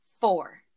four